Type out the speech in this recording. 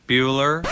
Bueller